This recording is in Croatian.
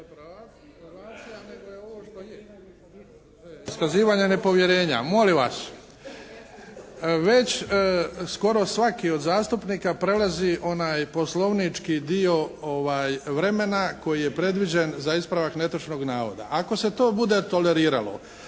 je ovo što je. To je iskazivanje nepovjerenja. Molim vas, već skoro svaki od zastupnika prelazi onaj poslovnički dio vremena koji je predviđen za ispravak netočnog navoda. Ako se to bude toleriralo